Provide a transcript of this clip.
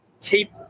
keep